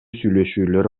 сүйлөшүүлөр